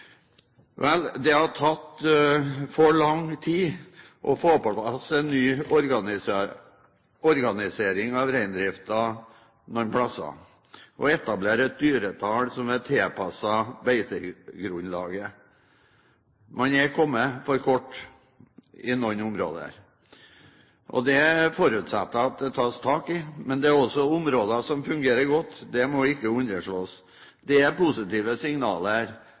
Vel, det har tatt for lang tid å få på plass en ny organisering av reindriften noen steder og etablere et dyretall som er tilpasset beitegrunnlaget. Man er kommet for kort i noen områder. Det forutsetter jeg at det tas tak i. Men det er også områder som fungerer godt, det må ikke underslås. Det er positive signaler